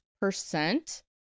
percent